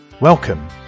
Welcome